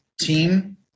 team